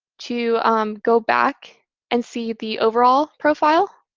to go back and see the overall profile.